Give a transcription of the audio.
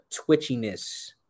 twitchiness